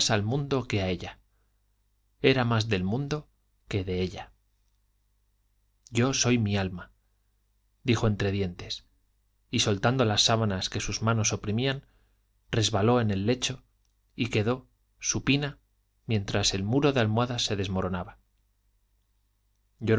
al mundo que a ella era más del mundo que de ella yo soy mi alma dijo entre dientes y soltando las sábanas que sus manos oprimían resbaló en el lecho y quedó supina mientras el muro de almohadas se desmoronaba